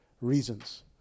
reasons